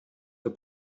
wir